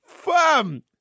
Fam